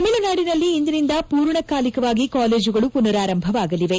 ತಮಿಳುನಾಡಿನಲ್ಲಿ ಇಂದಿನಿಂದ ಪೂರ್ಣ ಕಾಲಿಕವಾಗಿ ಕಾಲೇಜುಗಳು ಪುನರಾರಂಭವಾಗಲಿವೆ